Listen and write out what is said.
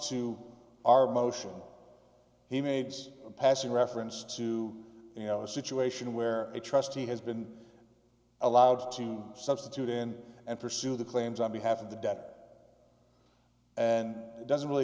to our motion he made a passing reference to you know a situation where a trustee has been allowed to substitute in and pursue the claims on behalf of the debt and it doesn't really